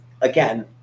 again